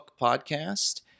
podcast